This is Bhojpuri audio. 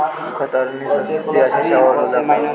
कतरनी सबसे अच्छा चावल होला का?